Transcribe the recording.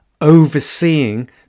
overseeing